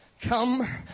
Come